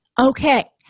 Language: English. Okay